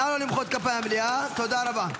נא לא למחוא כפיים במליאה, תודה רבה.